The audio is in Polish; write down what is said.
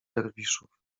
derwiszów